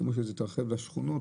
כמו שזה התרחב בשכונות,